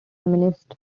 feminist